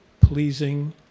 pleasing